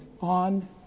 on